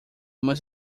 must